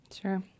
Sure